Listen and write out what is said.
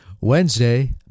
Wednesday